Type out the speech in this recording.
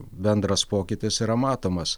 bendras pokytis yra matomas